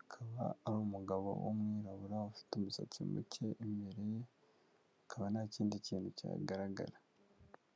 akaba ari umugabo w'umwirabura ufite umusatsi muke imbere ye akaba ntakinindi kintu kihagaragara.